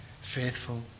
faithful